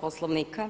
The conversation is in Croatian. Poslovnika